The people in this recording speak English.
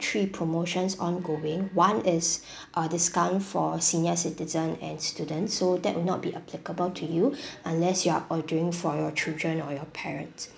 three promotions ongoing one is uh discount for senior citizen and students so that will not be applicable to you unless you are ordering for your children or your parents